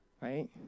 Right